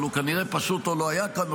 אבל הוא כנראה פשוט לא היה כאן,